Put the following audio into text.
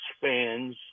fans